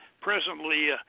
presently